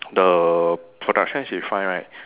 the production she find right